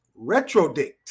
retrodict